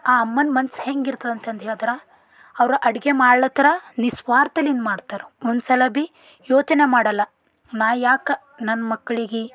ಆ ಅಮ್ಮನ ಮನ್ಸು ಹೆಂಗಿರ್ತದಂತಂದು ಹೇಳ್ದ್ರೆ ಅವ್ರು ಅಡುಗೆ ಮಾಡ್ಲತ್ತರ ನಿಸ್ವಾರ್ಥಲಿಂದ ಮಾಡ್ತರವ್ರು ಒಂದು ಸಲ ಭಿ ಯೋಚನೆ ಮಾಡೋಲ್ಲ ನಾ ಯಾಕೆ ನನ್ನ ಮಕ್ಳಿಗೆ